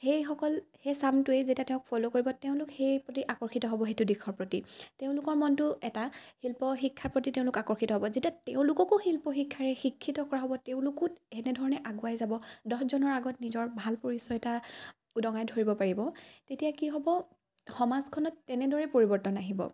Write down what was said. সেইসকল সেই চামটোৱে যেতিয়া তেওঁক ফ'ল' কৰিব তেওঁলোক সেই প্ৰতি আকৰ্ষিত হ'ব সেইটো দিশৰ প্ৰতি তেওঁলোকৰ মনটো এটা শিল্প শিক্ষাৰ প্ৰতি তেওঁলোক আকৰ্ষিত হ'ব যেতিয়া তেওঁলোককো শিল্প শিক্ষাৰে শিক্ষিত কৰা হ'ব তেওঁলোকো তেনেধৰণে আগুৱাই যাব দহজনৰ আগত নিজৰ ভাল পৰিচয় এটা উদঙাই ধৰিব পাৰিব তেতিয়া কি হ'ব সমাজখনত তেনেদৰেই পৰিৱৰ্তন আহিব